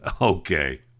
Okay